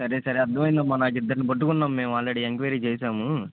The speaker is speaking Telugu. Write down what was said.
సరే సరే అర్థమైందమ్మా నాకు ఇద్దరిని పట్టుకున్నాము మేము ఆల్రెడీ ఎంక్వయిరీ చేశాము